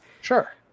Sure